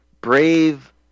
brave